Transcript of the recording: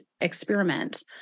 experiment